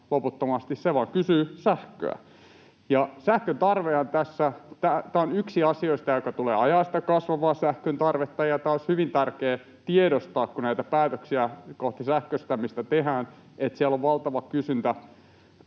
loputtomasti, se vain kysyy sähköä. Ja tämä on yksi asioista, joka tulee ajamaan sitä kasvavaa sähkön tarvetta, ja olisi hyvin tärkeä tiedostaa, kun näitä päätöksiä kohti sähköistämistä tehdään, että siellä on valtava kysyntä